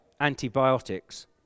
antibiotics